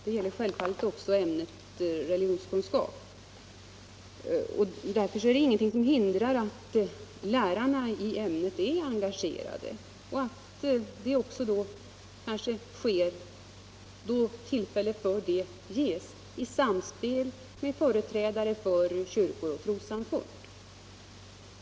Det gäller självfallet också ämnet religionskunskap, och därför är det ingenting som hindrar att lärarna i ämnet är engagerade och att undervisningen också ibland, när tillfälle till detta ges, sker i samspel med företrädare för kyrkor och trossamfund.